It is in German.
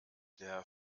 der